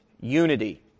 Unity